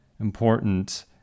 important